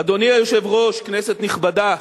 אדוני היושב-ראש, כנסת נכבדה,